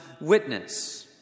witness